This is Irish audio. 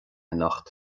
anocht